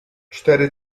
cztery